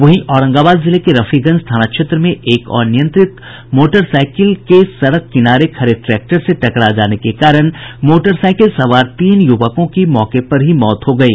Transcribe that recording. वहीं औरंगाबाद जिले के रफीगंज थाना क्षेत्र में एक अनियंत्रित मोटरसाईकिल के सड़क किनारे खड़े ट्रैक्टर से टकरा जाने के कारण मोटरसाईकिल सवार तीन यूवकों की मौके पर ही मौत हो गयी